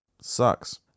sucks